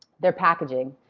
their packaging.